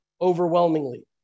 overwhelmingly